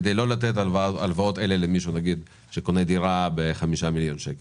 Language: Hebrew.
כדי לא לתת את ההלוואות האלה למישהו שקונה דירה בחמישה מיליון שקל.